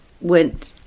went